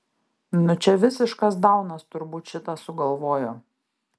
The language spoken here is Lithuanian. nu čia visiškas daunas turbūt šitą sugalvojo